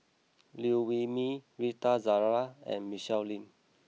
Liew Wee Mee Rita Zahara and Michelle Lim